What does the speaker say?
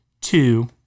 two